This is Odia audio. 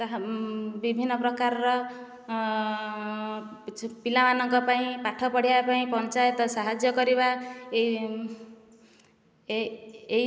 ତାହା ବିଭିନ୍ନ ପ୍ରକାରର ପିଲାମାନଙ୍କ ପାଇଁ ପାଠ ପଢ଼ିଆ ପାଇଁ ପଞ୍ଚାୟତ ସାହାଯ୍ୟ କରିବା ଏଇ ଏହି